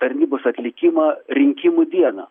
tarnybos atlikimą rinkimų dieną